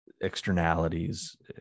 externalities